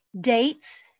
dates